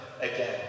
again